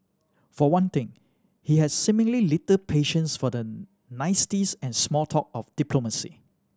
for one thing he had seemingly little patience for the niceties and small talk of diplomacy